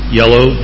yellow